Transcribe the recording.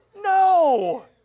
No